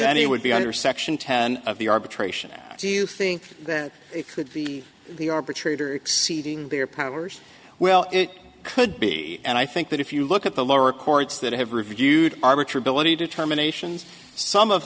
any would be under section ten of the arbitration do you think that it could be the arbitrator exceeding their powers well it could be and i think that if you look at the lower courts that have reviewed our mature ability determinations some of